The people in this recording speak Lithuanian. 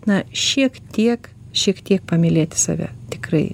na šiek tiek šiek tiek pamylėti save tikrai